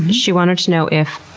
she wanted to know if,